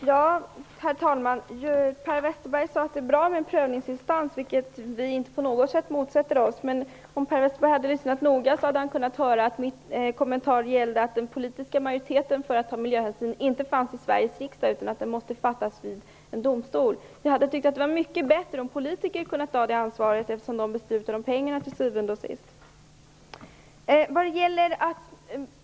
Herr talman! Per Westerberg sade att det är bra med en prövningsinstans, vilket vi inte på något sätt motsätter oss. Men om Per Westerberg hade lyssnat noga hade han kunnat höra att min kommentar gällde att den politiska majoriteten för att ta miljöhänsyn inte fanns i Sveriges riksdag, utan att det beslutet måste fattas av en domstol. Det hade varit mycket bättre om politiker hade kunnat ta det ansvaret, eftersom det är de som till syvende och sist beslutar om pengarna.